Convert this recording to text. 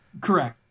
Correct